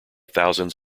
thousands